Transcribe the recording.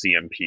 CMP